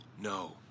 No